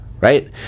right